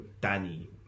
Danny